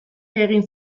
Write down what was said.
egin